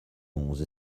onze